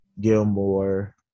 Gilmore